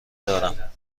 دارم